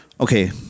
Okay